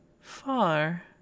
far